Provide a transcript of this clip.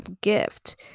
gift